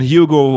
Hugo